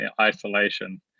isolation